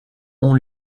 ont